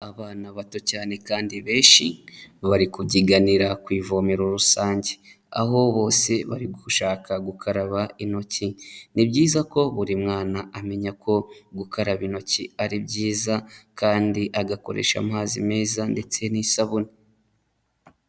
Abana bato cyane kandi benshi, bari kubyiganira ku ivomero rusange. Aho bose bari gushaka gukaraba intoki. Ni byiza ko buri mwana amenya ko gukaraba intoki ari byiza kandi agakoresha amazi meza ndetse n'isabune.